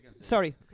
Sorry